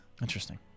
Interesting